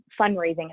fundraising